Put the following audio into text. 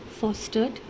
fostered